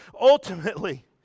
Ultimately